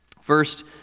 First